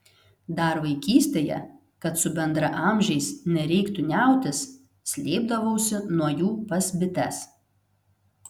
dar vaikystėje kad su bendraamžiais nereiktų niautis slėpdavausi nuo jų pas bites